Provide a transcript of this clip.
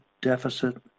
Deficit